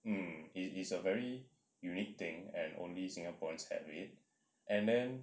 mm it is a very unique thing and only singaporeans had it and then